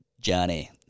Johnny